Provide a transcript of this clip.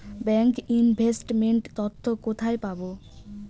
Bank investment তথ্য কোথায় পাব?